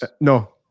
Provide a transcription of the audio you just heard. No